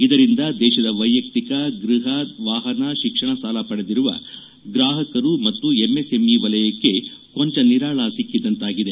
ಇದರಿಂದ ದೇಶದ ವೈಯಕ್ತಿಕ ಗೃಹ ವಾಹನ ಶಿಕ್ಷಣ ಸಾಲ ಪಡೆದಿರುವ ಗ್ರಾಹಕರು ಮತ್ತು ಎಂಎಸ್ಎಂಇ ವಲಯಕ್ಕೆ ಕೊಂಚ ನಿರಾಳ ಸಿಕ್ಕಿದಂತಾಗಿದೆ